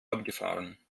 abgefahren